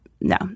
No